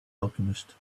alchemist